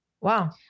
Wow